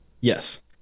Yes